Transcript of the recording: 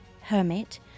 hermit